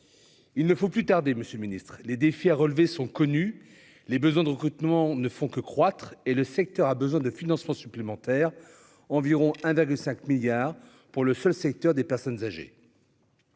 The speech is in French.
il ne faut plus tarder, Monsieur le Ministre, les défis à relever sont connus, les besoins de recrutement ne font que croître et le secteur a besoin de financements supplémentaires environ un degré 5 milliards pour le seul secteur des personnes âgées,